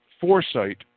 foresight